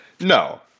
No